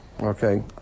okay